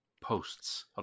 posts